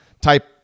type